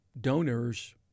donors